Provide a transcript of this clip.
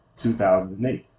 2008